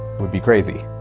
would be crazy